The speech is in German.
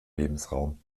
lebensraum